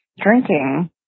drinking